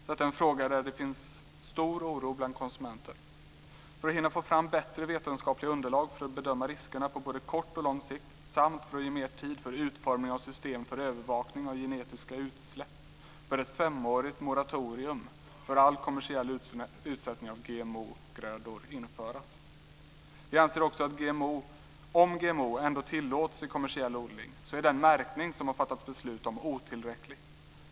Det är en fråga där det finns stor oro bland konsumenter. För att hinna få fram bättre vetenskapliga underlag för att bedöma riskerna på både kort och lång sikt samt för att ge mer tid för utformning av system för övervakning av genetiska utsläpp bör ett femårigt moratorium för all kommersiell utsättning av GMO-grödor införas. Vi anser också att om GMO ändå tillåts i kommersiell odling så är den märkning som det har fattats beslut om otillräcklig.